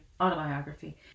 autobiography